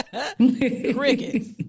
Crickets